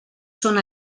són